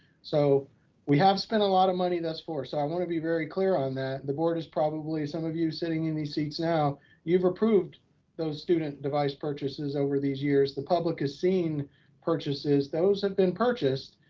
so we have spent a lot of money thus far. so i want to be very clear on that. the board is probably some of you sitting in the seats now you've approved those student device purchases over these years, the public has seen purchases. those have been purchased.